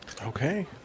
okay